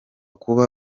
kuba